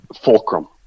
fulcrum